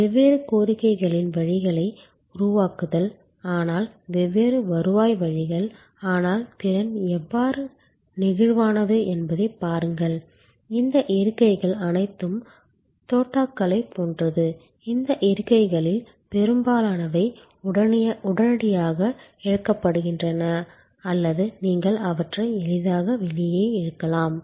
வெவ்வேறு கோரிக்கைகளின் வழிகளை உருவாக்குதல் ஆனால் வெவ்வேறு வருவாய் வழிகள் ஆனால் திறன் எவ்வாறு நெகிழ்வானது என்பதைப் பாருங்கள் இந்த இருக்கைகள் அனைத்தும் தோட்டாக்களைப் போன்றது இந்த இருக்கைகளில் பெரும்பாலானவை உடனடியாக இழுக்கப்படுகின்றன அல்லது நீங்கள் அவற்றை எளிதாக வெளியே இழுக்கலாம்